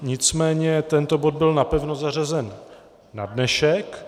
Nicméně tento bod byl napevno zařazen na dnešek.